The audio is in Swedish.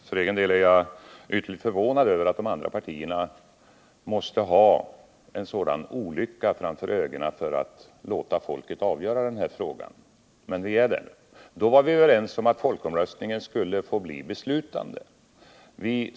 För egen del är jag ytterligt förvånad över att de andra partierna måste ha en sådan olycka framför ögonen för att låta folket avgöra denna fråga. Men vi är där. Vid överläggningarna var vi överens om att folkomröstningen skulle få bli beslutande.